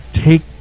take